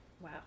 Wow